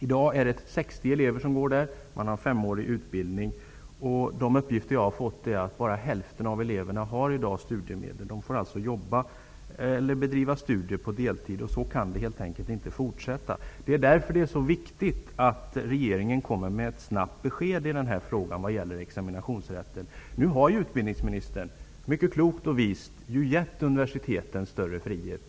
I dag går 60 elever där. De får en femårig utbildning. De uppgifter jag har fått visar att bara hälften av eleverna har studiemedel i dag. De får alltså jobba eller bedriva studier på deltid. Så kan det helt enkelt inte fortsätta. Det är därför det är så viktigt att regeringen snabbt kommer med besked i fråga om examinationsrätten. Nu har utbildningsministern mycket klokt och vist gett universiteten större frihet.